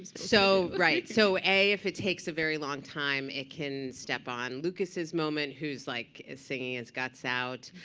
so right. so a, if it takes a very long time it can step on lucas's moment, who's like singing his guts out.